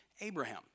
Abraham